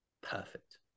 Perfect